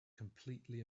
completely